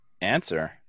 answer